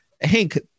Hank